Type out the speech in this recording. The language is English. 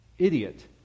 idiot